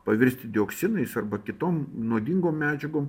pavirsti dioksinais arba kitom nuodingom medžiagom